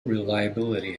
reliability